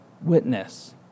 witness